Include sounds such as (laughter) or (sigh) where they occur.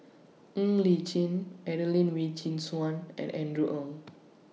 (noise) Ng Li Chin Adelene Wee Chin Suan and Andrew Ang (noise)